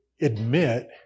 admit